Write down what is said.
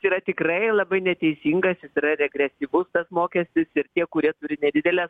tai yra tikrai labai neteisingas jis yra regresyvus mokestis ir tie kurie turi nedideles